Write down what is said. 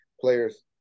players